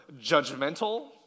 judgmental